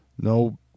No